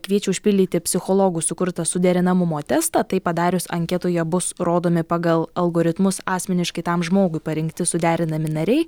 kviečia užpildyti psichologų sukurtą suderinamumo testą tai padarius anketoje bus rodomi pagal algoritmus asmeniškai tam žmogui parinkti suderinami nariai